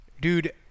dude